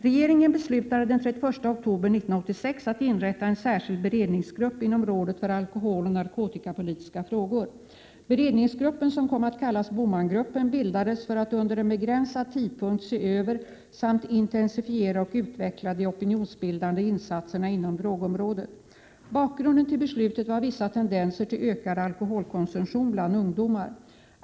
Regeringen beslutade den 31 oktober 1986 att inrätta en särskild beredningsgrupp inom rådet för alkoholoch narkotikapolitiska frågor. Beredningsgruppen, som kom att kallas BOMAN-gruppen, bildades för att under en begränsad tidsperiod se över samt intensifiera och utveckla de opinionsbildande insatserna inom drogområdet. Bakgrunden till beslutet var vissa tendenser till ökad alkoholkonsumtion bland ungdomar.